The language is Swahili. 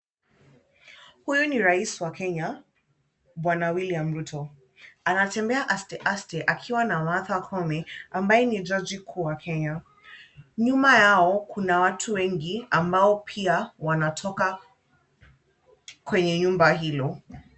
Huyu ni rais wa Kenya bwana William Ruto. Anatembea aste aste akiwa na Martha Koome ambaye ni jaji mkuu wa Kenya. Nyuma yao kuna watu wengi ambao pia wanatoka kwenye nyumba hilo.